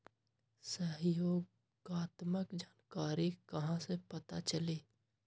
सहयोगात्मक जानकारी कहा से पता चली?